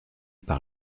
par